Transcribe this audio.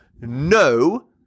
no